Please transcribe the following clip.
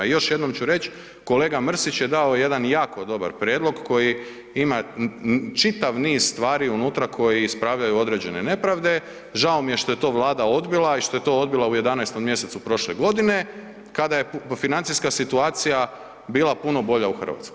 I još jednom ću reć, kolega Mrsić je dao jedan jako dobar prijedlog kojim ima čitav niz stvari unutra koji ispravljaju određene nepravde, žao mi je što je to Vlada odbila i što je to odbila u 11. mj. prošle godine kada je financijska situacija bila puno bolja u Hrvatskoj.